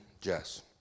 jess